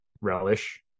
Relish